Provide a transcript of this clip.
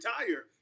retire